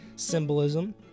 symbolism